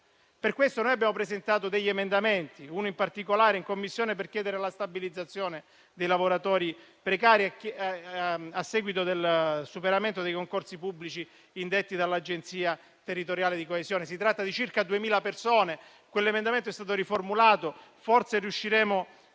Per questo abbiamo presentato degli emendamenti, uno in particolare, in Commissione, per chiedere la stabilizzazione dei lavoratori precari a seguito del superamento dei concorsi pubblici indetti dall'Agenzia territoriale di coesione. Si tratta di circa 2.000 persone. Quell'emendamento è stato riformulato, forse riusciremo ad